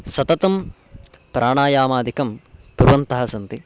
सततं प्राणायामादिकं कुर्वन्तः सन्ति